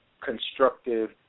constructive